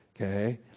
Okay